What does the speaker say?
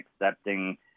accepting